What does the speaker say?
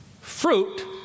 Fruit